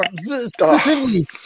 specifically